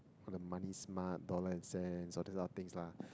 all the money smart dollar and cents all these other things lah